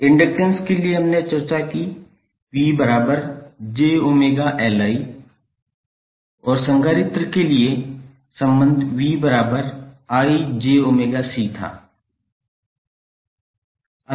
inductance के लिए हमने चर्चा की 𝑽 𝑗𝜔𝐿𝑰 और संधारित्र के लिए संबंध 𝑽𝑰𝑗𝜔𝐶 था